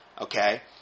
okay